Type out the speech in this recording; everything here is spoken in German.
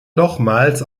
nochmals